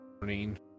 morning